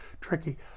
tricky